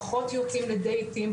פחות יוצאים לדייטים,